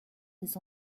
des